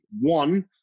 one